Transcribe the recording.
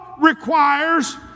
requires